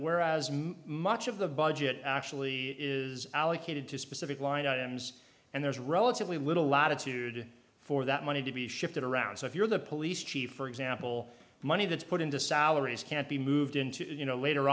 whereas much much of the budget actually is allocated to specific line items and there's relatively little latitude for that money to be shifted around so if you're the police chief for example the money that's put into salaries can't be moved into you know later